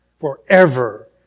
forever